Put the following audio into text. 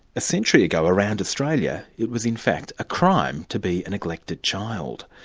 a century ago around australia it was in fact a crime to be a neglected child.